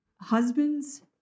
Husbands